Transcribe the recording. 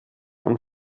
und